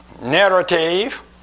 narrative